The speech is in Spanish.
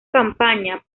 campaña